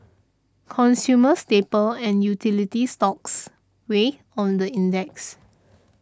consumer staple and utility stocks weighed on the index